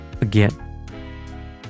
again